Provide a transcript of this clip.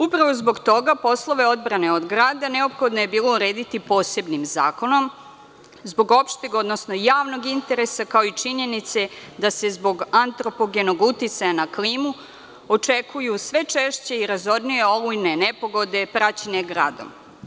Upravo zbog toga poslove odbrane od grada neophodno je bilo urediti posebnim zakonom, zbog opšteg odnosno javnog interesa, kao i činjenice da se zbog antropogenog uticaja na klimu očekuju sve češće i razornije olujne nepogode praćene gradom.